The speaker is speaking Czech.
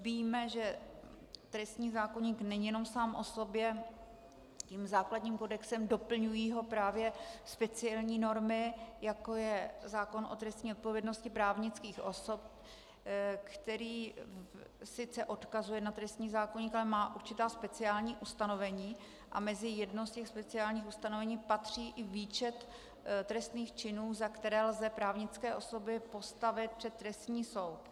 Víme, že trestní zákoník není jenom sám o sobě základním kodexem, doplňují ho právě speciální normy, jako je zákon o trestní odpovědnosti právnických osob, který sice odkazuje na trestní zákoník, ale má určitá speciální ustanovení a mezi jedno z těch speciálních ustanovení patří i výčet trestných činů, za které lze právnické osoby postavit před trestní soud.